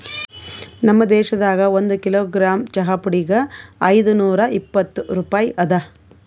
ನಮ್ ದೇಶದಾಗ್ ಒಂದು ಕಿಲೋಗ್ರಾಮ್ ಚಹಾ ಪುಡಿಗ್ ಐದು ನೂರಾ ಇಪ್ಪತ್ತು ರೂಪಾಯಿ ಅದಾ